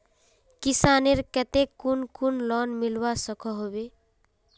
किसानेर केते कुन कुन लोन मिलवा सकोहो होबे?